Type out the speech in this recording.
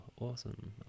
awesome